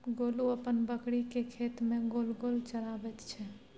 गोलू अपन बकरीकेँ खेत मे गोल गोल चराबैत छै